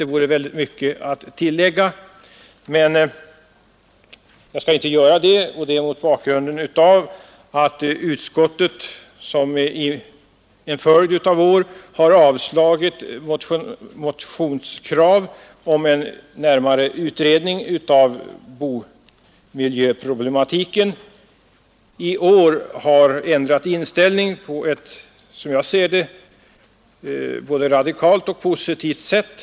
Det vore mycket att tillägga, men jag skall inte göra det mot bakgrunden av att utskottet, som i en följd av år har avslagit motionskrav om en närmare utredning av bomiljöproblematiken, i år har ändrat inställning på ett som jag ser det både radikalt och positivt sätt.